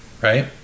right